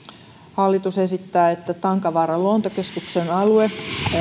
hallitus esittää että tankavaaran luontokeskuksen alue